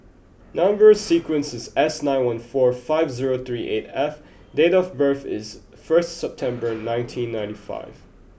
number sequence is S nine one four five zero three eight F and date of birth is first September nineteen ninety five